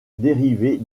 dérivée